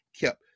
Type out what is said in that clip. kept